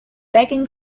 begging